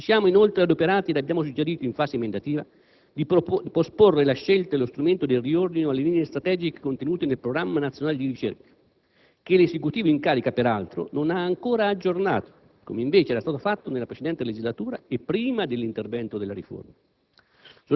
Ci siamo inoltre adoperati ed abbiamo suggerito, in fase emendativa, di posporre la scelta e lo strumento del riordino alle linee strategiche contenute nel Programma nazionale della ricerca, che l'Esecutivo in carica, peraltro, non ha ancora aggiornato, come invece era stato fatto nella precedente legislatura e prima dell'intervento della riforma.